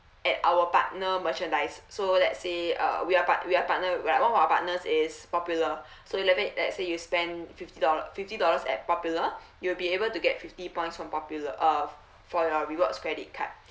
at our partner merchandise so let say uh we are part we are partner one of our partners is popular so let it let say you spend fifty dollar fifty dollars at popular you will be able to get fifty points from popular uh for your rewards credit card